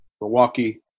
Milwaukee